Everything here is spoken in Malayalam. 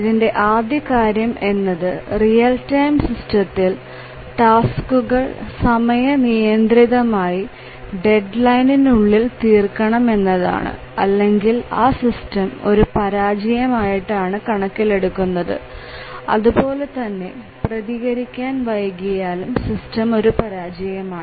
ഇതിന്റെ ആദ്യ കാര്യം എന്നത് റിയൽ ടൈം സിസ്റ്റത്തിൽ ടാസ്കുകൾ സമയം നിയന്ത്രിതമായി ഡെഡ് ലൈന് ഉള്ളിൽ തീർക്കണം എന്നതാണ് അല്ലെങ്കിൽ ആ സിസ്റ്റം ഒരു പരാജയം ആയിട്ടാണ് കണക്കിലെടുക്കുന്നത് അതുപോലെതന്നെ പ്രതികരിക്കാൻ വൈകിയാലും സിസ്റ്റം ഒരു പരാജയമാണ്